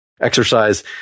exercise